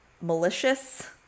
malicious